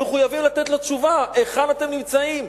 מחויבים לתת עליו תשובה: היכן אתם נמצאים,